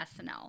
SNL